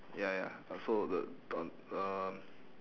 ya ya also the the on um